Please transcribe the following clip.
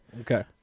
okay